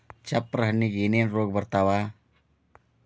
ಚಪ್ರ ಹಣ್ಣಿಗೆ ಏನೇನ್ ರೋಗ ಬರ್ತಾವ?